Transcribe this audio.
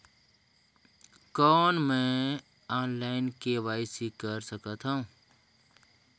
कौन मैं online KYC कर सकथव?